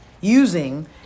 Using